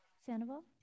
Sandoval